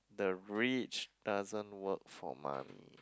the rich doesn't work for money